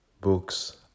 books